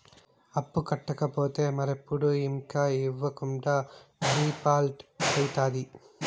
అప్పు కట్టకపోతే మరెప్పుడు ఇంక ఇవ్వకుండా డీపాల్ట్అయితాది